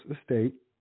estate